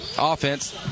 Offense